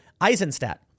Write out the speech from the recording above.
Eisenstadt